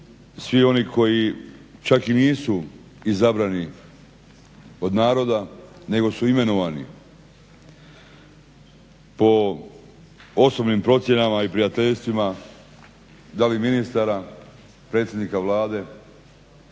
svi oni koji čak i nisu izabrani od narod nego su imenovani po osobnim procjenama i prijateljstvima da li ministara, predsjednika Vlade,